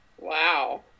Wow